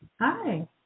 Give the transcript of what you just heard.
Hi